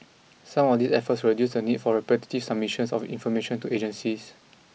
some of these efforts will reduce the need for repetitive submissions of information to agencies